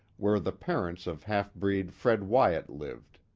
where the parents of half-breed fred wyat lived.